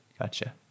Gotcha